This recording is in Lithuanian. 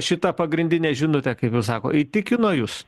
šitą pagrindinę žinutę kaip ir sako įtikino jus